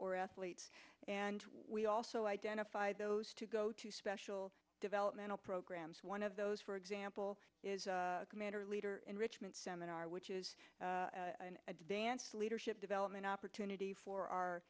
or athletes and we also identify those to go to special developmental programs one of those for example is commander leader enrichment seminar which is an advanced leadership development opportunity for our